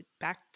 back